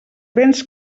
béns